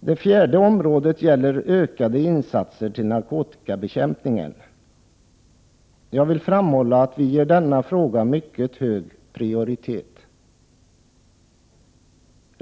Det fjärde området gäller ökade insatser för narkotikabekämpningen. Jag vill framhålla att vi ger denna fråga mycket hög prioritet.